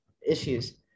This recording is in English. issues